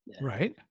Right